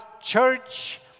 church